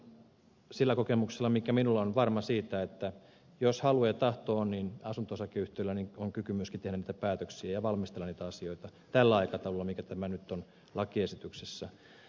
olen myöskin sillä kokemuksella mikä minulla on varma siitä että jos halu ja tahto on niin asunto osakeyhtiöillä on kyky myöskin tehdä niitä päätöksiä ja valmistella niitä asioita tällä aikataululla mikä nyt on lakiesityksessä